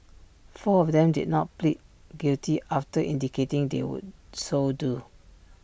four of them did not plead guilty after indicating they would so do